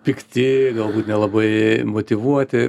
pikti galbūt nelabai motyvuoti